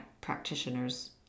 practitioners